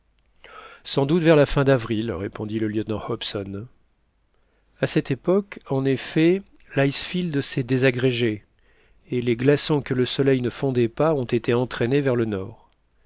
sans doute vers la fin d'avril répondit le lieutenant hobson à cette époque en effet l'icefield s'est désagrégé et les glaçons que le soleil ne fondait pas ont été entraînés vers le nord